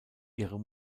ihre